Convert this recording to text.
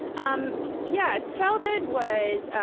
um yeah, childhood was,